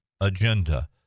agenda